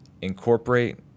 incorporate